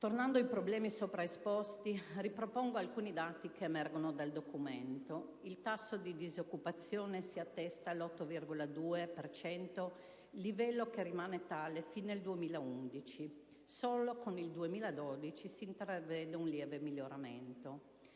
Tornando ai problemi sopraesposti, ripropongo alcuni dati che emergono dal documento: il tasso di disoccupazione si attesta all'8,2 per cento, livello che rimane tale fino al 2011; solo con il 2012 si intravede un lieve miglioramento.